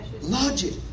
logic